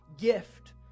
gift